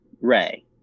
ray